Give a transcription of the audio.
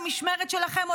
במשמרת שלכם,